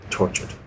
tortured